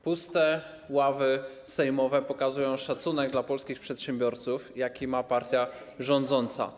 Puste ławy sejmowe pokazują szacunek dla polskich przedsiębiorców, jaki ma partia rządząca.